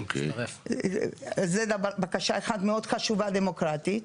זו בקשה אחת, מאוד חשובה דמוקרטית.